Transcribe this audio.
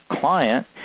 client